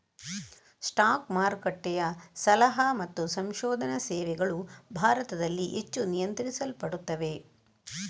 stock ಮಾರುಕಟ್ಟೆಯ ಸಲಹಾ ಮತ್ತು ಸಂಶೋಧನಾ ಸೇವೆಗಳು ಭಾರತದಲ್ಲಿ ಹೆಚ್ಚು ನಿಯಂತ್ರಿಸಲ್ಪಡುತ್ತವೆ